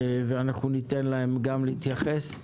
אנחנו ניתן להם להתייחס.